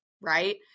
right